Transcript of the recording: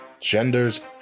genders